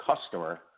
customer